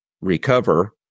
recover